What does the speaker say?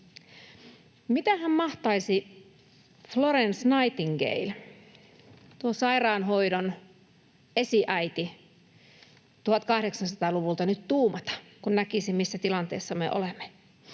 Mitähän mahtaisi Florence Nightingale, tuo sairaanhoidon esiäiti 1800-luvulta, nyt tuumata, kun näkisi, missä tilanteessa me olemme?